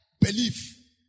belief